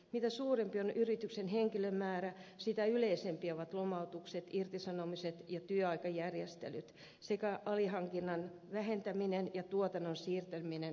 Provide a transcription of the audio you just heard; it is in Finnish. mitä suurempi on yrityksen henkilömäärä sitä yleisempiä ovat lomautukset irtisanomiset ja työaikajärjestelyt sekä alihankinnan vähentäminen ja tuotannon siirtäminen toiseen maahan